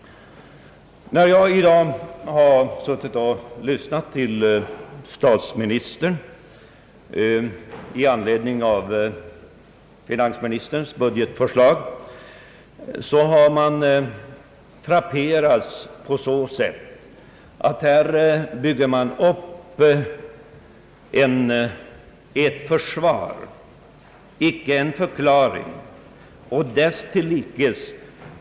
När jag i dag har lyssnat till statsministern i anledning av finansministerns budgetförslag har jag frapperats av att regeringen här bygger upp ett försvar, icke en förklaring.